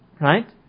Right